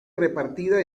repartida